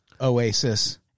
Oasis